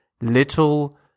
little